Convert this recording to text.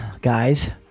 guys